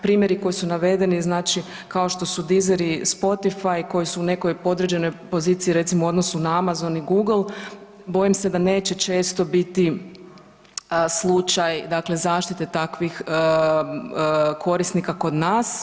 Primjeri koji su navedeni znači kao što su Deezer i Spotify koji su u nekoj podređenoj poziciji recimo u odnosu na Amazon i Google bojim se da neće često biti slučaj zaštite takvih korisnika kod nas.